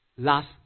last